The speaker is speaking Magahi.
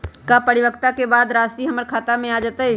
का परिपक्वता के बाद राशि हमर खाता में आ जतई?